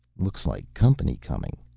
looks like company coming.